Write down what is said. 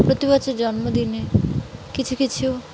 প্রতি বছর জন্মদিনে কিছু কিছু